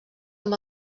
amb